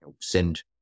send